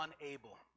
unable